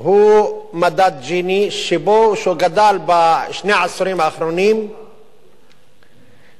הוא מדד ג'יני, שגדל בשני העשורים האחרונים ב-14%,